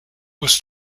was